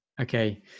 okay